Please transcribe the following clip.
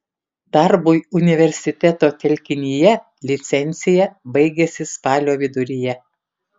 darbui universiteto telkinyje licencija baigiasi spalio viduryje